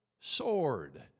sword